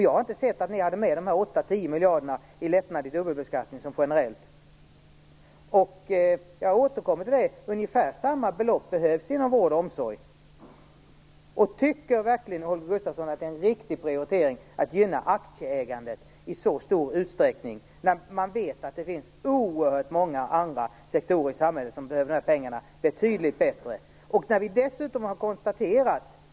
Jag har inte sett att ni hade med de 8 Ungefär samma belopp behövs inom vård och omsorg - jag återkommer till detta. Tycker verkligen Holger Gustafsson att det är en riktig prioritering att gynna aktieägandet i så stor utsträckning, när man vet att det finns oerhört många andra sektorer i samhället som behöver de här pengarna betydligt bättre?